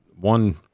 one